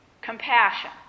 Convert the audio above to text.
compassion